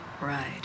ride